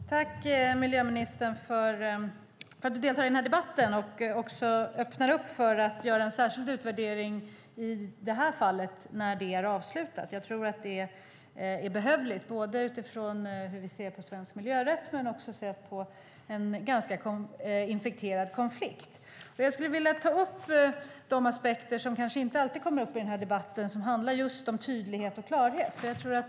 Herr talman! Tack, miljöministern, för att du deltar i den här debatten och också öppnar för att göra en särskild utvärdering av det här fallet när det så småningom är avslutat. Jag tror att det är behövligt, både ur miljörättens perspektiv och med tanke på den ganska infekterade konflikt som har varit. Jag skulle vilja ta upp några aspekter som inte alltid kommer fram i den här debatten, nämligen tydlighet och klarhet.